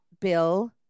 Bill